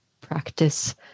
practice